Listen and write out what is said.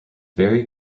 very